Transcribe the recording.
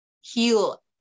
heal